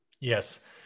Yes